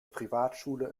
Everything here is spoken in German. privatschule